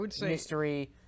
mystery